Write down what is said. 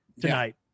tonight